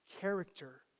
Character